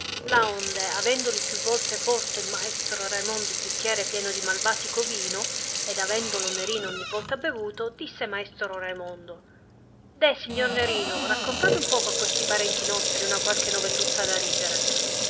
parer suo laonde avendoli più volte pòrto maestro raimondo il bicchiere pieno di malvatico vino ed avendolo nerino ogni volta bevuto disse maestro raimondo deh signor nerino raccontate un poco a questi parenti nostri una qualche novelluzza da ridere